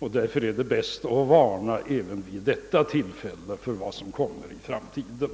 därför är det bäst att även vid detta tillfälle varna för vad som kommer i framtiden.